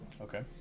Okay